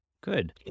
Good